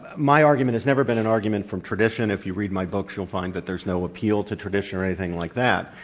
my argument has never been an argument from tradition. if you read my books, you'll find that there's no appeal to tradition or anything like that.